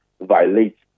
violates